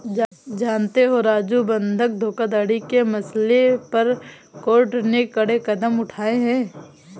जानते हो राजू बंधक धोखाधड़ी के मसले पर कोर्ट ने कड़े कदम उठाए हैं